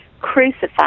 crucified